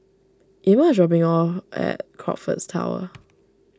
Ima dropping me off at Crockfords Tower